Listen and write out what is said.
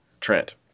Trent